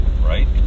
right